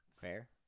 Fair